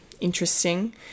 interesting